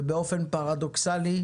ובאופן פרדוקסלי,